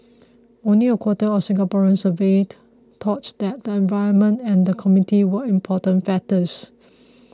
only a quarter of Singaporeans surveyed thought that the environment and the community were important factors